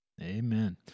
Amen